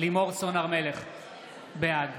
בעד